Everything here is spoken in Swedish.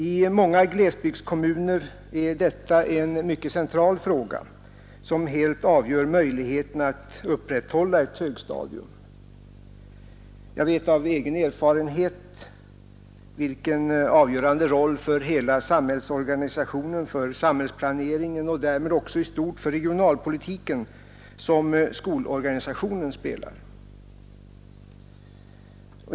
I många glesbygdskommuner är detta en mycket central fråga, som helt avgör möjligheterna att upprätthålla ett högstadium. Jag vet av egen erfarenhet vilken avgörande roll för hela samhällsorganisationen, för samhällsplaneringen och därmed också i stort för regionalpolitiken som skolorganisationen spelar.